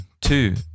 two